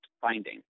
finding